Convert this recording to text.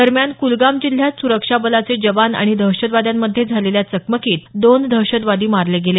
दरम्यान कुलगाम जिल्ह्यात सुरक्षा बलाचे जवान आणि दहशतवाद्यांमध्ये झालेल्या चकमकीत दोन दहशतवादी मारले गेले